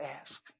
ask